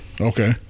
Okay